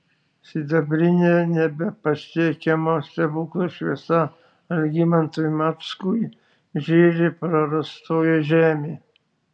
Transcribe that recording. sidabrine nebepasiekiamo stebuklo šviesa algimantui mackui žėri prarastoji žemė